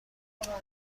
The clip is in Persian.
بسیاری